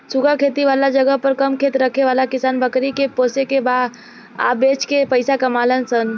सूखा खेती वाला जगह पर कम खेत रखे वाला किसान बकरी के पोसे के आ बेच के पइसा कमालन सन